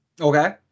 Okay